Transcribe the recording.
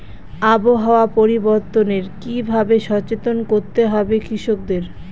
আবহাওয়া পরিবর্তনের কি ভাবে সচেতন হতে হবে কৃষকদের?